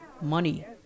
Money